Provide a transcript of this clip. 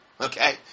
okay